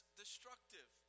destructive